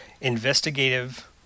investigative